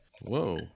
Whoa